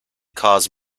cause